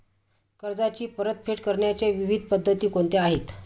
कर्जाची परतफेड करण्याच्या विविध पद्धती कोणत्या आहेत?